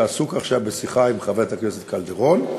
שעסוק עכשיו בשיחה עם חברת הכנסת קלדרון.